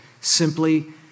simply